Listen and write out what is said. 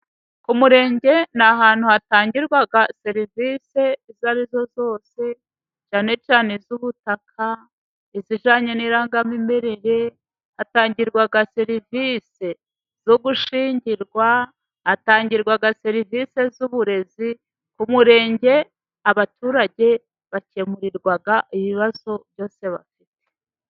Ku murenge ni ahantu hatangirwa serivisi izo arizo zose, cyane cyane iz'ubutaka, izijyanye n'irangamimerere, hatangirwa serivisi zo gushyingirwa, hatangirwa serivisi zuburezi, ku murenge abaturage bakemurirwa ibibazo byose bafite.